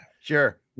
Sure